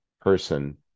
person